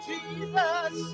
Jesus